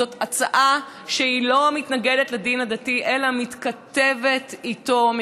זאת הצעה שלא מתנגדת לדין הדתי אלא מתכתבת איתו,